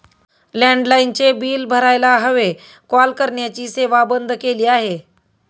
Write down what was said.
लँडलाइनचे बिल भरायला हवे, कॉल करण्याची सेवा बंद केली आहे